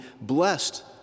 blessed